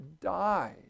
died